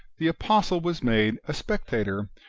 the apostle was made a spectator,